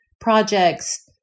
projects